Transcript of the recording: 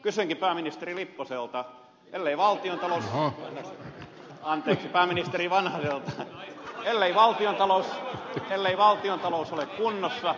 kysynkin pääministeri lipposelta anteeksi pääministeri vanhaselta että ellei valtiontalous ole kunnossa